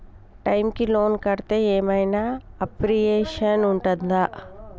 Time కి loan కడ్తే ఏం ఐనా అప్రిషియేషన్ ఉంటదా?